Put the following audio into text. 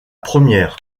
première